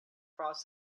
frost